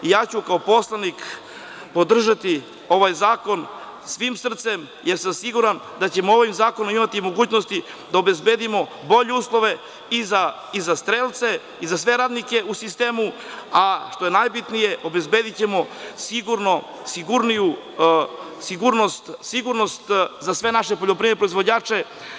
Ja ću kao poslanik podržati ovaj zakon svim srcem, jer sam siguran da ćemo ovim zakonom imati mogućnosti da obezbedimo bolje uslove i za strelce i za sve radnike u sistemu, a što je najbitnije obezbedićemo sigurnost za sve naše poljoprivredne proizvođače.